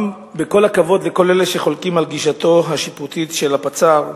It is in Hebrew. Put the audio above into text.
גם בכל הכבוד לאלה שחולקים על גישתו השיפוטית של הפצ"ר,